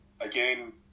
again